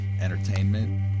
entertainment